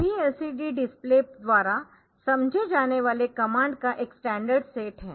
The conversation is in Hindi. सभी LCD डिस्प्ले द्वारा समझे जाने वाले कमांड का एक स्टैंडर्ड सेट है